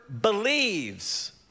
believes